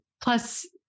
plus